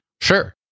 sure